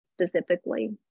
specifically